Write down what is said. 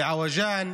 בעווג'אן,